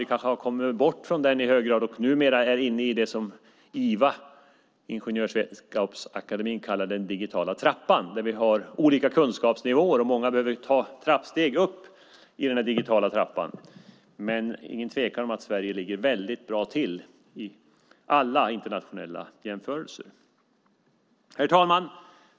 Vi kanske i hög grad har kommit bort från den och numera är inne i det som Iva, Ingenjörsvetenskapsakademien, kallar den digitala trappan där vi har olika kunskapsnivåer. Många behöver ta trappsteg upp i den digitala trappan, men det råder inget tvivel om att Sverige ligger bra till i alla internationella jämförelser. Herr talman!